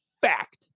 fact